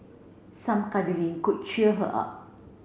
some cuddling could cheer her up